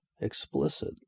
explicit